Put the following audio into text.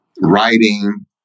writing